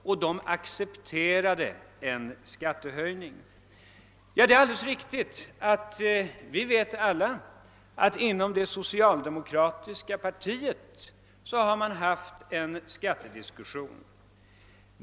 Människorna accepterade en skattehöjning. Det är alldeles riktigt, att det inom det socialdemokratiska partiet förekommit en skattediskussion.